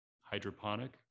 hydroponic